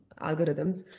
algorithms